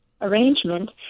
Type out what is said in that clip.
arrangement